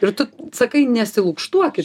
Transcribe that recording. ir tu sakai nesilukštuokit